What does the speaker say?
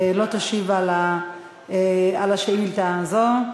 לא תשיב על השאילתה הזו.